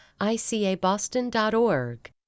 ICABoston.org